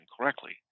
correctly